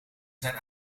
zijn